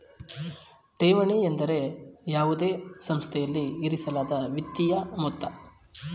ಠೇವಣಿ ಎಂದರೆ ಯಾವುದೇ ಸಂಸ್ಥೆಯಲ್ಲಿ ಇರಿಸಲಾದ ವಿತ್ತೀಯ ಮೊತ್ತ